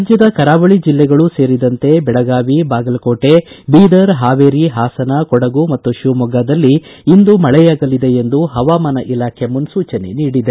ರಾಜ್ಯದ ಕರಾವಳಿ ಜಿಲ್ಲೆಗಳು ಸೇರಿದಂತೆ ಬೆಳಗಾವಿ ಬಾಗಲಕೋಟೆ ಬೀದರ್ ಹಾವೇರಿ ಹಾಸನ ಕೊಡಗು ಮತ್ತು ಶಿವಮೊಗ್ಗದಲ್ಲಿ ಇಂದು ಮಳೆಯಾಗಲಿದೆ ಎಂದು ಪವಾಮಾನ ಇಲಾಖೆ ಮುನ್ಸೂಚನೆ ನೀಡಿದೆ